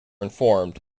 informed